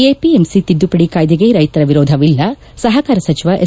APMC ತಿದ್ದುಪದಿ ಕಾಯ್ದೆಗೆ ರೈತರ ವಿರೋಧವಿಲ್ಲ ಸಹಕಾರ ಸಚಿವ ಎಸ್